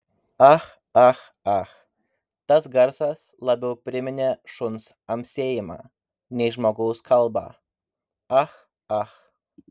ah ah ah tas garsas labiau priminė šuns amsėjimą nei žmogaus kalbą ah ah